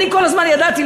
אני כל הזמן ידעתי,